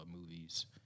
movies